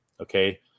okay